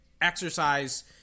exercise